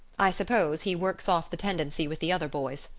i suppose he works off the tendency with the other boys.